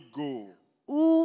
go